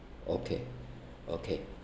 okay okay